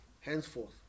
henceforth